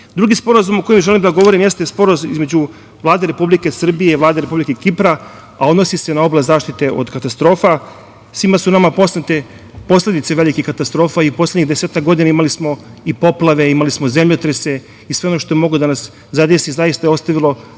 vlade. Drugi sporazum o kome želim da govorim jeste sporazum između Vlade Republike Srbije i Vlade Republike Kipra, a odnosi se na oblast zaštite od katastrofa. Svima su nam poznate posledice velikih katastrofa. Poslednjih desetak godina imali smo i poplave, zemljotrese, sve ono što je moglo da nas zadesi, zaista je ostavilo